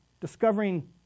discovering